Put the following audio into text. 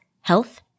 health